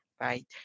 right